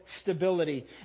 stability